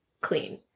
clean